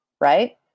right